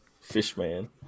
Fishman